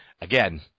again